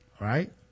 right